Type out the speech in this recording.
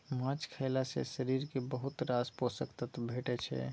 माछ खएला सँ शरीर केँ बहुत रास पोषक तत्व भेटै छै